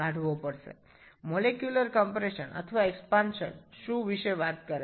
আণবিক সংকোচনের বা সম্প্রসারণের কিসের কথা বলে